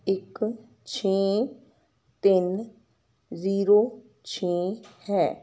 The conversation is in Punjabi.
ਇੱਕ ਛੇ ਤਿੰਨ ਜੀਰੋ ਛੇ ਹੈ